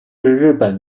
日本